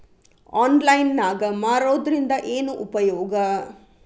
Online ನಾಗ್ ಮಾರೋದ್ರಿಂದ ಏನು ಉಪಯೋಗ?